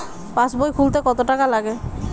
পাশবই খুলতে কতো টাকা লাগে?